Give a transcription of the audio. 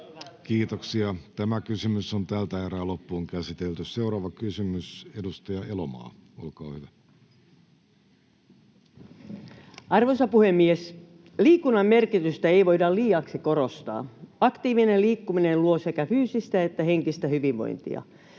siitä, mitä hallitusohjelmassa on. Seuraava kysymys, edustaja Elomaa, olkaa hyvä. Arvoisa puhemies! Liikunnan merkitystä ei voida liiaksi korostaa. Aktiivinen liikkuminen luo sekä fyysistä että henkistä hyvinvointia.